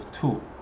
two